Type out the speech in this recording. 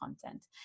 content